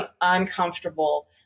uncomfortable